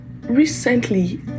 recently